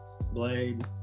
Blade